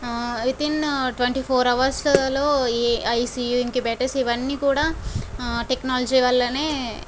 within twenty four hours లో ఈ ICU incubators ఇవ్వని కూడా టెక్నాలజీ వల్లనే